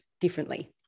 differently